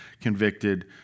convicted